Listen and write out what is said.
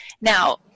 Now